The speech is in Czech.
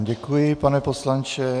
Děkuji, pane poslanče.